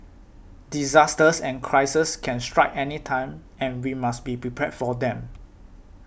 disasters and crises can strike anytime and we must be prepared for them